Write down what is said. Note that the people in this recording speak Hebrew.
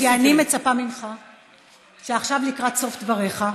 כי אני מצפה ממך שעכשיו, לקראת סוף דבריך,